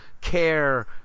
care